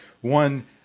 One